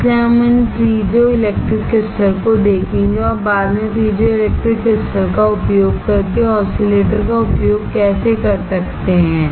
इसलिए हम इन पीजोइलेक्ट्रिक क्रिस्टल को देखेंगे और बाद में पीज़ोइलेक्ट्रिक क्रिस्टलका उपयोग करके ऑसिलेटर का उपयोग कैसे कर सकते हैं